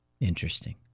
Interesting